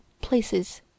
places